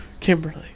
Kimberly